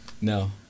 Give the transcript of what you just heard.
No